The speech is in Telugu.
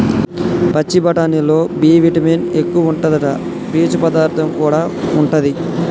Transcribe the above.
పచ్చి బఠానీలల్లో బి విటమిన్ ఎక్కువుంటాదట, పీచు పదార్థం కూడా ఉంటది